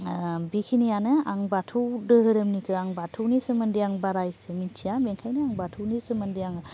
बेखिनियानो आं बाथौ दोहोरोमनिखौ आं बाथौनि सोमोन्दै आं बारा इसे मिथिया बेखायनो आं बाथौनि सोमोन्दै आं